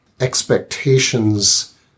expectations